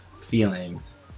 feelings